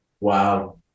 Wow